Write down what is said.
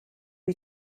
lui